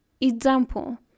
example